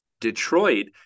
Detroit